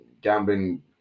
gambling